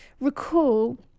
recall